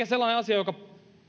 sellainen asia joka